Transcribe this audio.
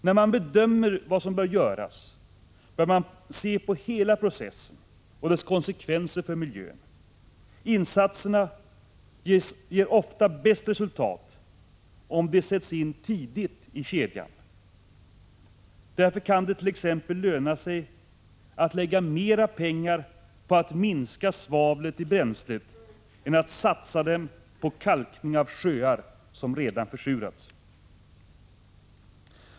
När man bedömer vad som bör göras, bör man se på hela processen och dess konsekvenser för miljön. Insatserna ger ofta bäst resultat om de sätts in tidigt i kedjan. Därför kan dett.ex. löna sig att lägga mera pengar på att minska svavlet i bränslet än att satsa dem på kalkning av sjöar som redan försurats.